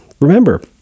Remember